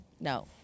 No